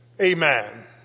Amen